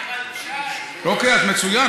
, לפחות על זה מגיע שאפו אחד גדול.